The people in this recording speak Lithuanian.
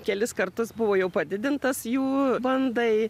kelis kartus buvo jau padidintas jų bandai